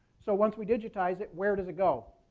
so once we digitize it, where does it go?